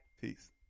Peace